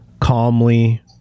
calmly